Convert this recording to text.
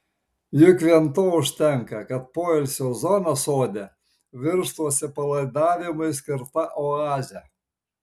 juk vien to užtenka kad poilsio zona sode virstų atsipalaidavimui skirta oaze